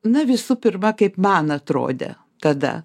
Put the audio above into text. na visų pirma kaip man atrodė tada